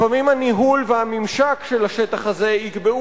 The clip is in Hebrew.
לפעמים הניהול והממשק של השטח הזה יקבעו